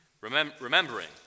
Remembering